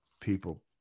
people